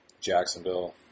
Jacksonville